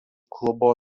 klubo